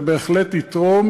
זה בהחלט יתרום